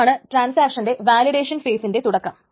ഇതാണ് ട്രാൻസാക്ഷന്റെ വാലിഡേഷൻ ഫെയിസിന്റെ തുടക്കം